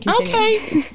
Okay